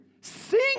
sing